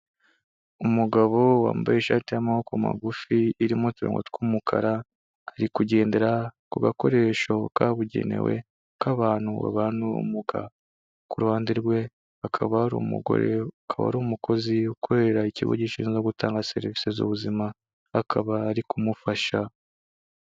Umugabo wambaye ishati y'amaboko magufi irimo uturonko tw'umukara ari kugendera ku gakoresho kabugenewe k' abantu babana n'ubumuga, ku ruhande rwe hakaba hari umugoreba akaba ari umukozi ukorera ikigo gishinzwe gutanga serivisi z'ubuzima akaba ari kumufasha.